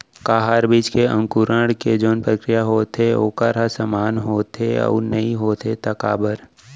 का हर बीज के अंकुरण के जोन प्रक्रिया होथे वोकर ह समान होथे, अऊ नहीं होथे ता काबर?